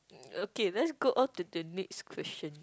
okay let's go on to the next question